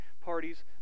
parties